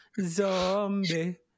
Zombie